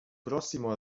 prossimo